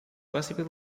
possibly